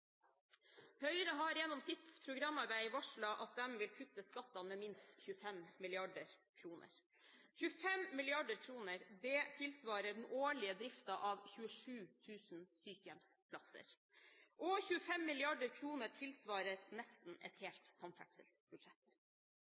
Høyre har gjennom sitt programarbeid varslet at de vil kutte skattene med minst 25 mrd. kr. 25 mrd. kr tilsvarer den årlige driften av 27 000 sykehjemsplasser eller nesten et helt samferdselsbudsjett.